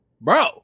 bro